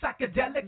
psychedelic